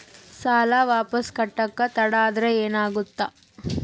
ಸಾಲ ವಾಪಸ್ ಕಟ್ಟಕ ತಡ ಆದ್ರ ಏನಾಗುತ್ತ?